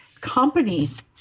companies